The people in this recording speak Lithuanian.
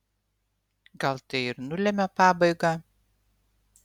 gal tai ir nulemia pabaigą